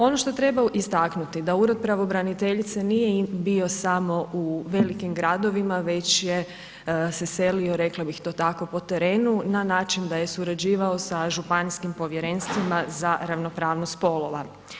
Ono što treba istaknuti da ured pravobraniteljice nije bio samo u velikim gradovima, već je se selio, rekla bih to tako, po terenu, na način da je surađivao sa županijskim povjerenstvima za ravnopravnost spolova.